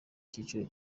cyiciro